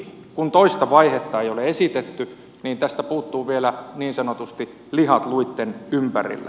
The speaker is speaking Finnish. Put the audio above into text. kun toista vaihetta ei ole esitetty niin tästä puuttuu vielä niin sanotusti lihat luitten ympäriltä